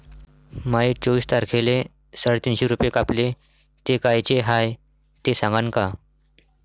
माये चोवीस तारखेले साडेतीनशे रूपे कापले, ते कायचे हाय ते सांगान का?